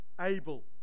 Abel